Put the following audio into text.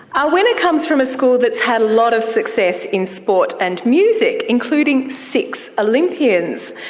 our winner comes from a school that has had a lot of success in sport and music, including six olympians.